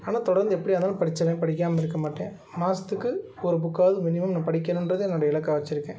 ஆனால் தொடர்ந்து எப்படியா இருந்தாலும் படிச்சுருவேன் படிக்காமல் இருக்க மாட்டேன் மாதத்துக்கு ஒரு புக்காவது மினிமம் நான் படிக்கணுன்றதிய என்னோடய இலக்காக வைச்சிருக்கேன்